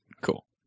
Cool